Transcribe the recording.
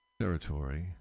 territory